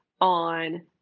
on